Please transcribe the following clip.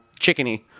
chickeny